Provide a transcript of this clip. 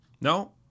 No